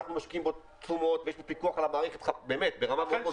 אנחנו משקיעים בו תשומות ויש פיקוח על המערכת באמת ברמה מאוד גבוהה.